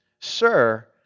Sir